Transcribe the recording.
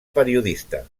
periodista